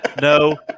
No